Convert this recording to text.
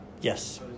Yes